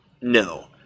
No